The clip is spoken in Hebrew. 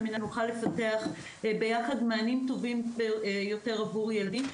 על-מנת שנוכל לפתח ביחד מענים טובים יותר עבור ילדים.